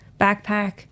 backpack